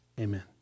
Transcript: Amen